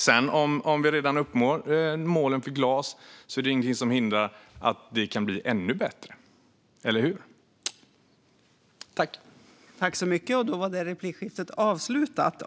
Och även om vi redan uppnår målen för glas är det ju ingenting som hindrar att vi kan bli ännu bättre, eller hur?